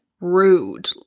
rude